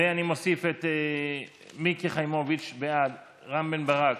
ואני מוסיף את מיקי חיימוביץ' בעד, רם בן ברק,